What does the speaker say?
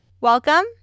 Welcome